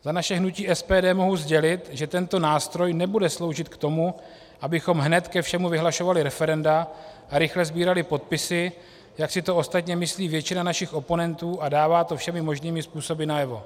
Za naše hnutí SPD mohu sdělit, že tento nástroj nebude sloužit k tomu, abychom hned ke všemu vyhlašovali referenda a rychle sbírali podpisy, jak si to ostatně myslí většina našich oponentů a dává to všemi možnými způsoby najevo.